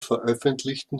veröffentlichen